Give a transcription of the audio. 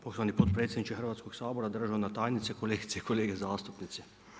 Poštovani potpredsjedniče Hrvatskog sabora, državna tajnice, kolegice i kolege zastupnici.